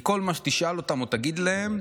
כי כל מה שתשאל אותם או תגיד להם,